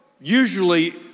usually